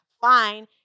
Fine